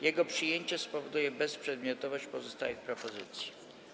Jego przyjęcie spowoduje bezprzedmiotowość pozostałych propozycji.